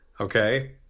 okay